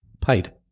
paid